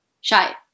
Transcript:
shy